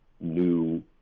new